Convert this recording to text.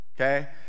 Okay